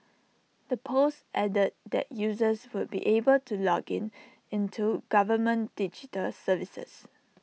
the post added that users would be able to log into government digital services